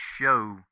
show